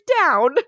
down